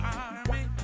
army